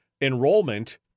enrollment